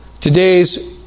Today's